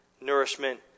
nourishment